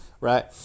right